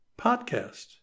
podcast